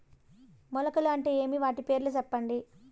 మొలకలు అంటే ఏమి? వాటి పేర్లు సెప్పండి?